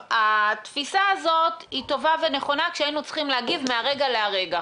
התפיסה הזאת היא טובה ונכונה כשהיינו צריכים להגיב מהרגע להרגע,